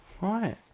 Right